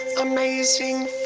Amazing